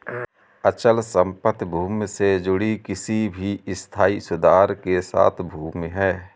अचल संपत्ति भूमि से जुड़ी किसी भी स्थायी सुधार के साथ भूमि है